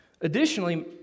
Additionally